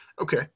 okay